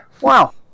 Wow